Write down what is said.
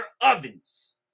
ovens